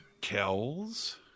Kells